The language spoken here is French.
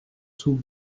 sous